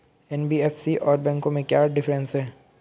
NBFC और बैंकों में क्या डिफरेंस है?